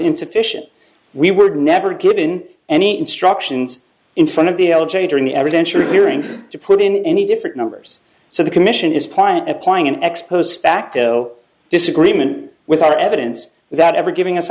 insufficient we were never given any instructions in front of the l g during the adventure appearing to put in any different numbers so the commission is piatt applying an ex post facto disagreement without evidence that ever giving us